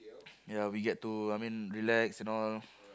ya we get to I mean relax and all